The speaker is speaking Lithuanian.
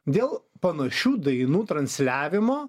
dėl panašių dainų transliavimo